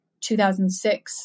2006